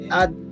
add